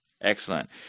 Excellent